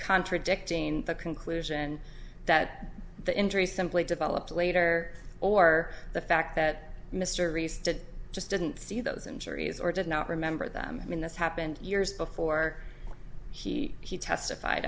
contradicting the conclusion that the injury simply developed later or the fact that mr rhys did just didn't see those injuries or did not remember them i mean that's happened years before he he